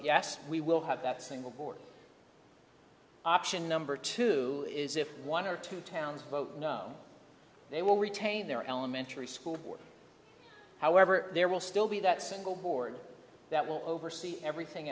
yes we will have that single board option number two is if one or two towns vote no they will retain their elementary school board however there will still be that single board that will oversee everything